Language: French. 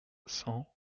cent